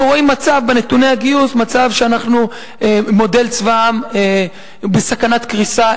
אנחנו רואים בנתוני הגיוס מצב שמודל צבא העם בסכנת קריסה,